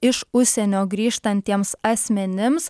iš užsienio grįžtantiems asmenims